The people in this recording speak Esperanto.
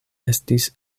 estis